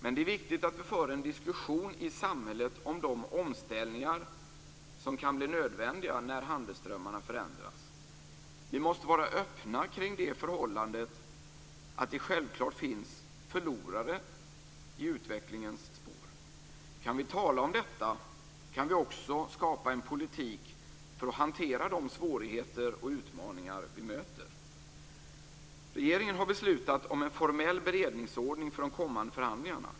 Men det är viktigt att vi för en diskussion i samhället om de omställningar som kan bli nödvändiga när handelsströmmarna förändras. Vi måste vara öppna kring det förhållandet att det självklart finns förlorare i utvecklingens spår. Kan vi tala om detta, kan vi också skapa en politik för att hantera de svårigheter och utmaningar som vi möter. Regeringen har beslutat om en formell beredningsordning för de kommande förhandlingarna.